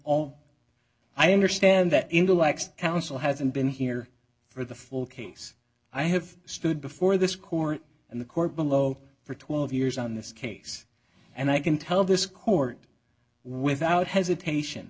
all i understand that intellects counsel hasn't been here for the full case i have stood before this court and the court below for twelve years on this case and i can tell this court without hesitation